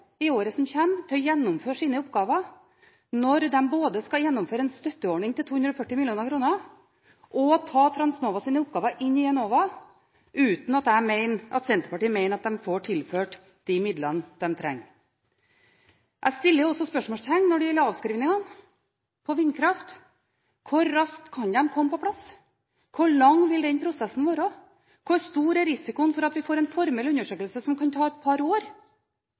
til å gjennomføre sine oppgaver i året som kommer, når de skal både gjennomføre en støtteordning til 240 mill. kr og ta Transnovas oppgaver inn i Enova. Senterpartiet mener at de ikke har fått tilført de midlene de trenger. Jeg stiller også spørsmål når det gjelder avskrivningene på vindkraft. Hvor raskt kan de komme på plass? Hvor lang vil den prosessen være? Hvor stor er risikoen for at man får en formell undersøkelse som kan ta et par år